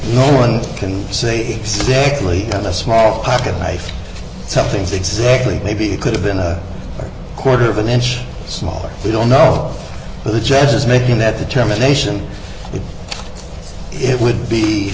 no one can say exactly in a small pocket knife some things exactly maybe it could have been a quarter of an inch smaller we don't know but the jazz is making that determination that it would be